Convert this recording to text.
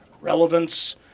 relevance